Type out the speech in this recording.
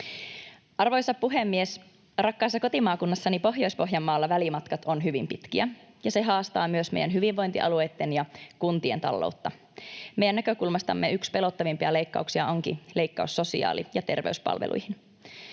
Arvoisa puhemies! Rakkaassa kotimaakunnassani Pohjois-Pohjanmaalla välimatkat ovat hyvin pitkiä, ja se haastaa myös meidän hyvinvointialueitten ja kuntien taloutta. Meidän näkökulmastamme yksi pelottavimpia leikkauksia onkin leikkaus sosiaali- ja terveyspalveluihin.